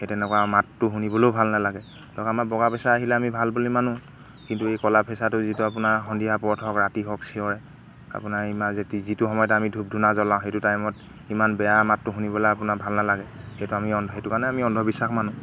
সেই তেনেকুৱা মাতটো শুনিবলৈও ভাল নালাগে ধৰক আমাৰ বগা ফেঁচা আহিলে আমি ভাল বুলি মানোঁ কিন্তু এই ক'লা ফেঁচাটো যিটো আপোনাৰ সন্ধিয়া পৰত হওক ৰাতি হওক চিঞৰে আপোনাৰ ইমান যে যিটো সময়ত আমি ধূপ ধূনা জ্বলাওঁ সেইটো টাইমত ইমান বেয়া মাতটো শুনিবলৈ আপোনাৰ ভাল নালাগে সেইটো আমি সেইটো কাৰণে আমি অন্ধবিশ্বাস মানোঁ